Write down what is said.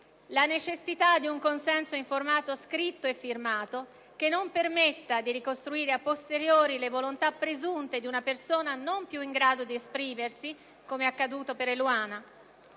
la necessità di un consenso informato scritto e firmato, che non permetta di ricostruire a posteriori le volontà presunte di una persona non più in grado di esprimersi (come è accaduto per Eluana);